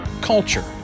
culture